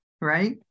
right